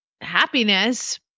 happiness